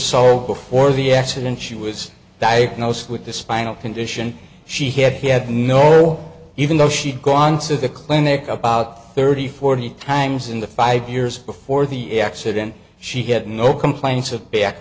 so before the accident she was diagnosed with a spinal condition she had he had no even though she'd gone to the clinic up out thirty forty times in the five years before the accident she had no complaints of back